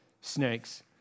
snakes